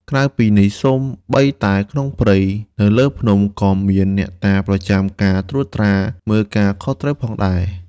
ក្រៅពីនេះ សូម្បីតែក្នុងព្រៃ នៅលើភ្នំ ក៏មានអ្នកតាប្រចាំការត្រួតត្រា មើលការខុសត្រូវផងដែរ។